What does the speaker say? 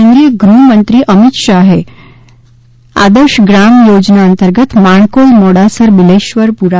કેન્દ્રીય ગૃહ મંત્રી અમિત શાહે આદર્શ ગ્રામ યોજના અંતર્ગત માણકોલ મોડાસર બિલેશ્વર પુરા